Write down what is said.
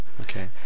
Okay